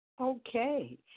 Okay